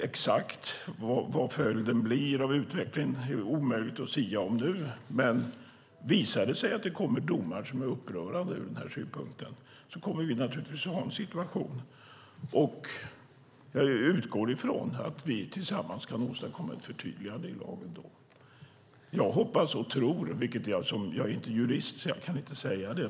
Exakt vad följden blir av utvecklingen är omöjligt att sia om nu. Men visar det sig att det kommer domar som är upprörande ur denna synpunkt kommer vi att ha en situation. Jag utgår från att vi då tillsammans kan åstadkomma ett förtydligande i lagen. Jag är inte jurist så jag kan inte säga det.